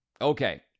Okay